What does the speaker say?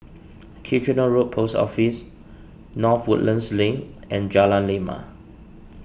Kitchener Road Post Office North Woodlands Link and Jalan Lima